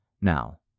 Now